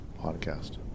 podcast